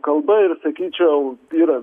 kalba ir sakyčiau yra